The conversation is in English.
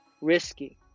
risky